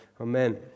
Amen